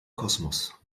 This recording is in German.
kosmos